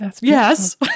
Yes